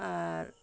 আর